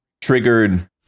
triggered